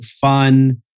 fun